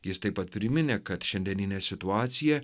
jis taip pat priminė kad šiandieninė situacija